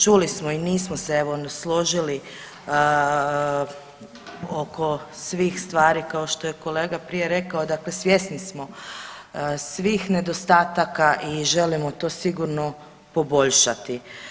Čuli smo i nismo se evo složili oko svih stvari kao što je kolega prije rekao, dakle svjesni smo svih nedostataka i želimo to sigurno poboljšati.